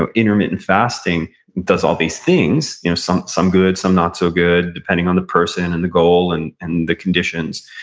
ah intermittent fasting does all these things, you know some some good, some not so good depending on the person and the goal and and the conditions,